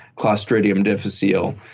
clostridium difficile,